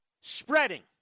Spreading